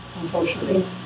unfortunately